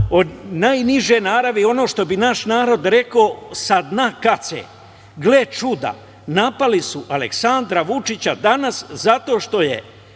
najniže naravi, što bi naš narod rekao, sa dna kace. Gle čuda, napali su Aleksandra Vučića danas zato što je